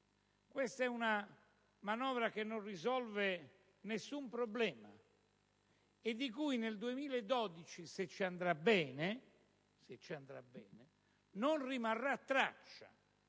questa è una manovra che non risolve nessun problema e di cui nel 2012, se ci andrà bene, non rimarrà traccia.